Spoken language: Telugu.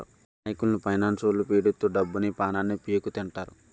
అమాయకుల్ని ఫైనాన్స్లొల్లు పీడిత్తు డబ్బుని, పానాన్ని పీక్కుతింటారు